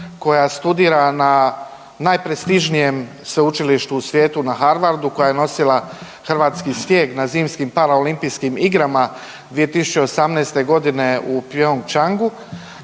koja studira na najprestižnijem sveučilištu na svijetu na Harvardu, koja je nosila hrvatski stijeg na Zimskim paraolimpijskim igrama 2018. godine u Pyeongchang